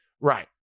Right